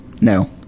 No